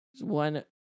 one